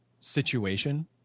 situation